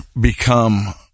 become